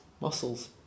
muscles